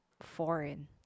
foreign